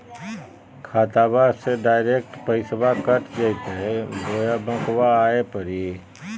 खाताबा से डायरेक्ट पैसबा कट जयते बोया बंकबा आए परी?